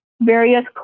various